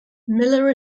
miller